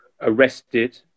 arrested